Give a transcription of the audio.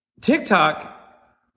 TikTok